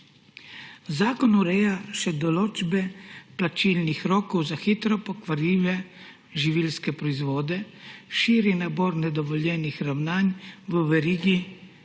Zakon ureja še določbe plačilnih rokov za hitro pokvarljive živilske proizvode, širi nabor nedovoljenih ravnanj v verigi